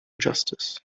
justice